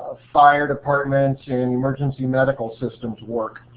ah fire departments and emergency medical systems work,